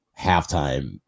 halftime